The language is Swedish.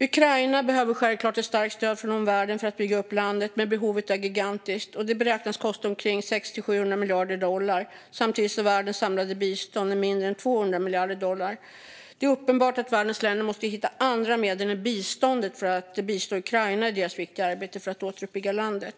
Ukraina behöver självklart ett starkt stöd från omvärlden för att bygga upp landet. Men behoven är gigantiska. Det beräknas kosta omkring 600-700 miljarder dollar, samtidigt som världens samlade bistånd uppgår till mindre än 200 miljarder dollar. Det är uppenbart att världens länder måste hitta andra medel än biståndet för att bistå Ukraina i det viktiga arbetet med att återuppbygga landet.